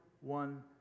one